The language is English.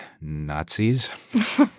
Nazis